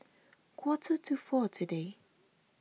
quarter to four today